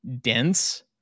dense